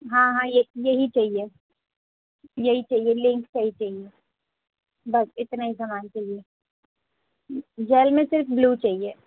ہاں ہاں یہ یہی چاہیے یہی چاہیے لنک کا ہی چاہیے بس اتنا ہی سامان چاہیے جیل میں صرف بلیو چاہیے